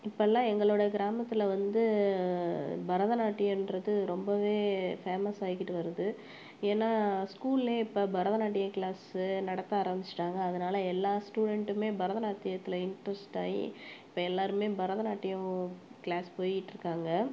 இப்போலாம் எங்களோட கிராமத்தில் வந்து பரதநாட்டியம்ன்றது ரொம்பவே ஃபேமஸ் ஆயிக்கிட்டு வருது ஏன்னா ஸ்கூலே இப்போ பரதநாட்டிய கிளாஸ்ஸு நடத்த ஆரமிச்சிட்டாங்கள் அதனால் எல்லா ஸ்டூடென்ட்டுமே பரதநாட்டியத்தில் இன்ட்ரெஸ்ட்டாகி இப்போ எல்லாருமே பரதநாட்டியம் கிளாஸ் போயிட்டிருக்காங்க